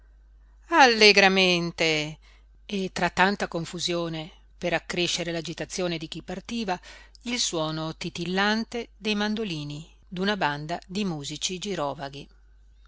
e tra tanta confusione per accrescere l'agitazione di chi partiva il suono titillante dei mandolini d'una banda di musici girovaghi